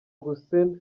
hussein